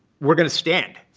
we're going to stand.